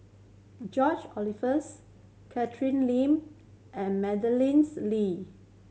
George Oehlers Catherine Lim and Madeleines Lee